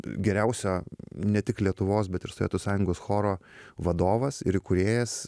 geriausio ne tik lietuvos bet ir sovietų sąjungos choro vadovas ir įkūrėjas